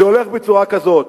זה הולך בצורה כזאת: